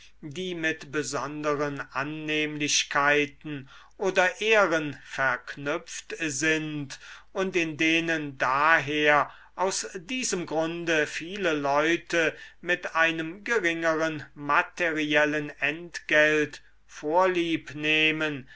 die mit besonderen annehmlichkeiten oder ehren verknüpft sind und ia denen daher aus diesem grunde viele leute mit einem geringeren materiellen entgelt